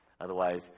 Otherwise